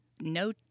no